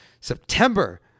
September